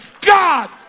God